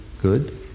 good